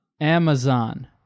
Amazon